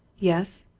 yes?